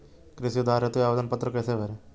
कृषि उधार हेतु आवेदन पत्र कैसे भरें?